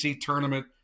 tournament